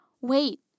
Wait